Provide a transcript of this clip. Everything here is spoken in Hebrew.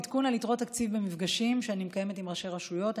עדכון על יתרות תקציב במפגשים שאני מקיימת עם ראשי רשויות.